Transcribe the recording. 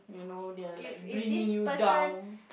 you know they're like bringing you down